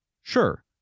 sure